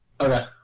Okay